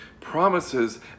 promises